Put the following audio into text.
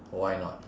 why not